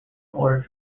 order